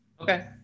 Okay